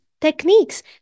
techniques